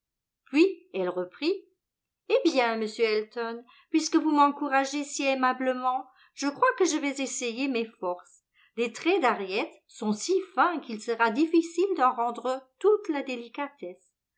puis elle reprit eh bien monsieur elton puisque vous m'encouragez si aimablement je crois que je vais essayer mes forces les traits d'harriet sont si fins qu'il sera difficile d'en rendre toute la délicatesse